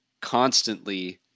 constantly